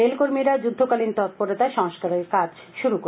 rail কর্মীরা যুদ্ধকালীন তৎপরতায় সংস্কারের কাজ শুরু হয়েছে